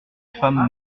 femme